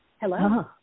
Hello